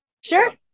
Sure